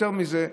יותר מזה,